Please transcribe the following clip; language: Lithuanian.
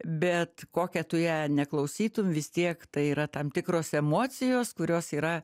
bet kokią tu ją neklausytum vis tiek tai yra tam tikros emocijos kurios yra